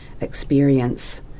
experience